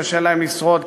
קשה להם לשרוד,